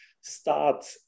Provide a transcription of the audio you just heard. start